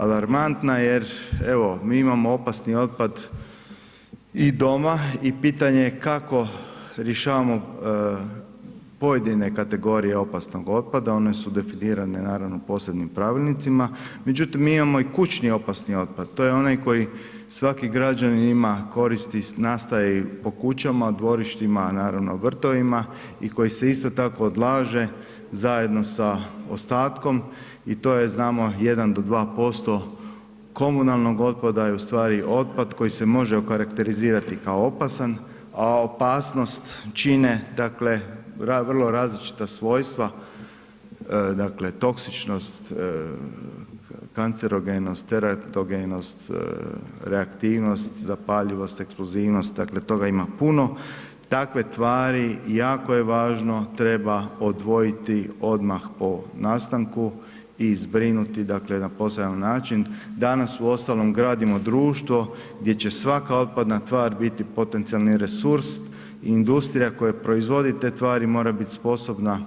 Alarmantna jer evo, mi imamo opasni otpad i doma i pitanje je kako rješavamo pojedine kategorije opasnog otpada, one su definirane naravno posebnim pravilnicima, međutim mi imamo i kućni opasni otpad, to je onaj koji svaki građanin ima, koristi, nastaje i po kućama, dvorištima, naravno vrtovima i koji se isto tako odlaže zajedno sa ostatkom i to je znamo 1 do 2% komunalnog otpada i ustvari otpad koji se može okarakterizirati kao opasan a opasnost čine dakle vrlo različita svojstva, dakle toksičnost, kancerogenost, teratogenost, reaktivnost, zapaljivost, eksplozivnost, dakle toga ima puno, takve tvari, jako je važno, treba odvojiti odmah po nastanku i zbrinuti dakle na poseban način, danas uostalom gradimo društvo gdje će svaka otpadna tvar biti potencijalni resurs, industrija koja proizvodi te tvari mora biti sposobna